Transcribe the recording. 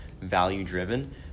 value-driven